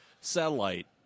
satellite